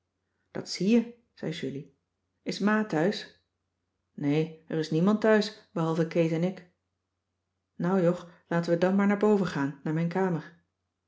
dat zie je zei julie is ma thuis nee er is niemand thuis behalve kees en ik nou jog laten we dan maar naar boven gaan naar mijn kamer